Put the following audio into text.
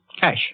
Cash